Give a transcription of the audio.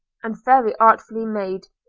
and very artfully made.